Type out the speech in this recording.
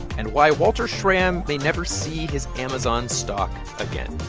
and why walter schramm may never see his amazon stock again